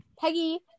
Peggy